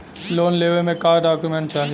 Loan लेवे मे का डॉक्यूमेंट चाही?